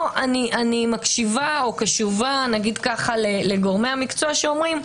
פה אני קשובה לגורמי המקצוע שאומרים: